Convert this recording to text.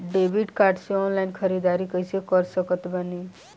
Debit card से online ख़रीदारी कैसे कर सकत बानी?